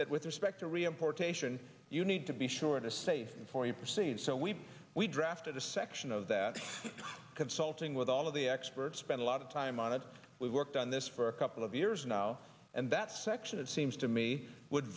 that with respect to reimportation you need to be sure to safety before you proceed so we we drafted a section of that consulting with all of the experts spend a lot of time on it we've worked on this for a couple of years now and that section it seems to me would